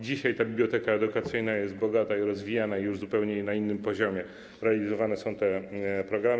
Dzisiaj ta biblioteka edukacyjna jest bogata i rozwijana już zupełnie na innym poziomie, realizowane są te programy.